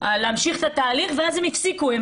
להמשיך את התהליך ואז הם הפסיקו.